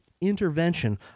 intervention